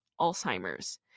Alzheimer's